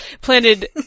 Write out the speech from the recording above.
planted